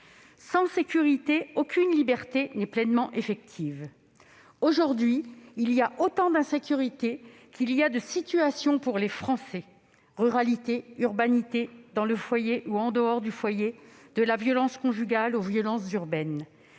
Sans sécurité, aucune liberté n'est pleinement effective. Aujourd'hui, il y a autant d'insécurités qu'il y a de situations pour les Français : ruralité, urbanité, dans le foyer ou en dehors, de la violence conjugale aux violences urbaines.